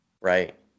Right